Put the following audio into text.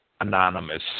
anonymous